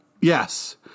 Yes